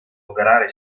operare